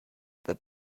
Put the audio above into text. that